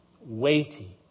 weighty